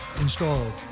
installed